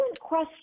question